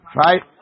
right